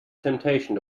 temptation